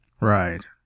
Right